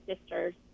sisters